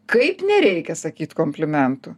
kaip nereikia sakyt komplimentų